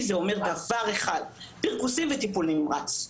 פירושה דבר אחד: פרכוסים וטיפול נמרץ.